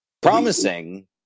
promising